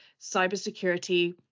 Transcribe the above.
cybersecurity